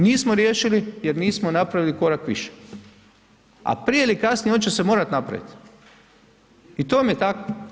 Nismo riješili jer nismo napravili korak više, a prije ili kasnije, on će se morati napraviti i to vam je tako.